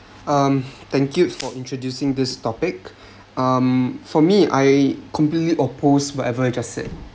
um thank you for introducing this topic um for me I completely opposed whatever you just said